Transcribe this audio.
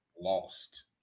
Lost